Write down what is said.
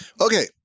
Okay